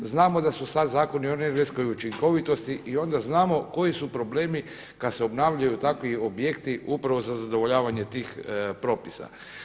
Znamo da su sad zakoni o energetskoj učinkovitosti i onda znamo koji su problemi kad se obnavljaju takvi objekti upravo za zadovoljavanje tih propisa.